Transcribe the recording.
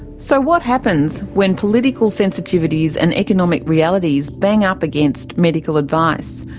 so what happens when political sensitivities and economic realities bang up against medical advice?